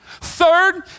Third